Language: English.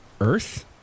earth